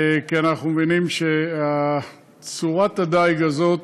כי אנחנו מבינים שצורת הדיג הזאת,